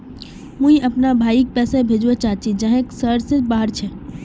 मुई अपना भाईक पैसा भेजवा चहची जहें शहर से बहार छे